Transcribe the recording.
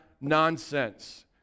nonsense